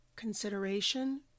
consideration